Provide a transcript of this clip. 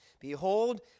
Behold